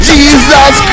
Jesus